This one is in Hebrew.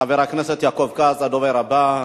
חבר הכנסת יעקב כץ הדובר הבא.